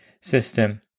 system